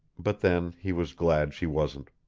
but then he was glad she wasn't.